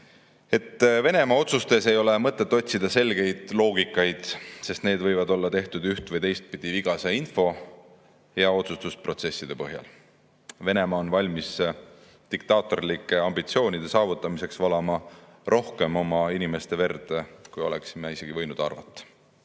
et Venemaa otsustes ei ole mõtet otsida selget loogikat, sest need võivad olla tehtud üht‑ või teistpidi vigase info ja otsustusprotsesside põhjal. Venemaa on valmis diktaatorlike ambitsioonide saavutamiseks valama rohkem oma inimeste verd, kui oleksime isegi võinud arvata. Need